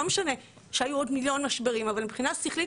לא משנה שהיו עוד מיליון משברים אבל מבחינה שכלית